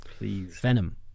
Venom